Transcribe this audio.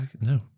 No